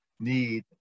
need